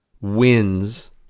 wins